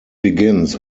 begins